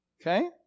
Okay